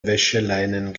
wäscheleinen